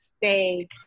stay